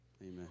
Amen